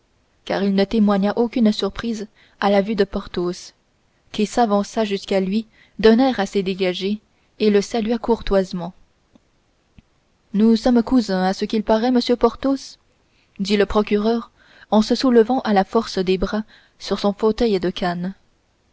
car il ne témoigna aucune surprise à la vue de porthos qui s'avança jusqu'à lui d'un air assez dégagé et le salua courtoisement nous sommes cousins à ce qu'il paraît monsieur porthos dit le procureur en se soulevant à la force des bras sur son fauteuil de canne